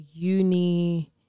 uni